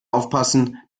aufpassen